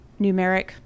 numeric